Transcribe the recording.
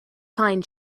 pine